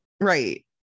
right